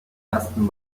ersten